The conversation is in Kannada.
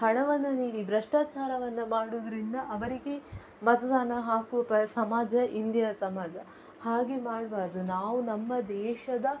ಹಣವನ್ನು ನೀಡಿ ಭ್ರಷ್ಟಾಚಾರವನ್ನು ಮಾಡೋದ್ರಿಂದ ಅವರಿಗೆ ಮತದಾನ ಹಾಕೋ ಪ ಸಮಾಜ ಇಂದಿನ ಸಮಾಜ ಹಾಗೆ ಮಾಡಬಾರ್ದು ನಾವು ನಮ್ಮ ದೇಶದ